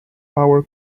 power